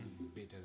better